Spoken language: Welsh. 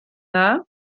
dda